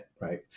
right